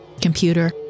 Computer